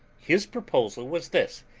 his proposal was this,